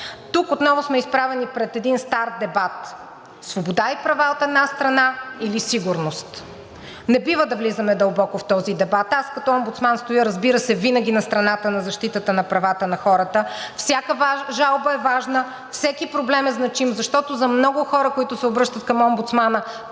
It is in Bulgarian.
Тук отново сме изправени пред един стар дебат – свобода и права, от една страна, или сигурност. Не бива да влизаме дълбоко в този дебат. Аз като омбудсман стоя, разбира се, винаги на страната на защитата на правата на хората, всяка жалба е важна, всеки проблем е значим, защото за много хора, които се обръщат към омбудсмана,